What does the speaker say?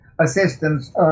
assistance